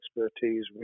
expertise